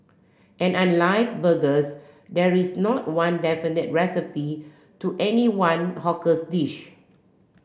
and unlike burgers there is not one definitive recipe to any one hawkers dish